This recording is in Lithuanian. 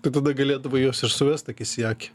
tu tada galėdavai juos ir suvest akis į akį